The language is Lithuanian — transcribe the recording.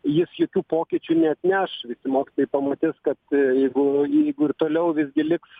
jis jokių pokyčių neatneš visi mokytojai pamatys kad jeigu jeigu ir toliau visgi liks